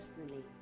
personally